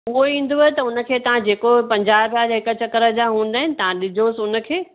हुवो ईंदव त हुनखे तां जेको पंजा रुपिया हिक चक्कर जा हूंदा अहिनि तां ॾिजोसि हुनखे